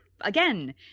Again